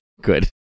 good